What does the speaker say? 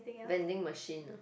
vending machine ah